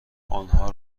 آنها